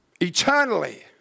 Eternally